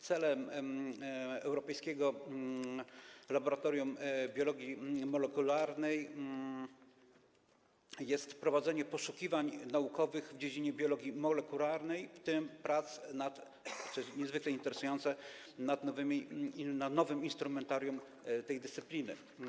Celem Europejskiego Laboratorium Biologii Molekularnej jest prowadzenie poszukiwań naukowych w dziedzinie biologii molekularnej, w tym, co jest niezwykle interesujące, prac nad nowym instrumentarium tej dyscypliny.